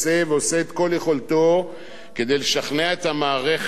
כדי לשכנע את המערכת בנחיצות המשרד, אבל מה לעשות?